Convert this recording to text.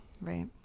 Right